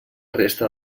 resta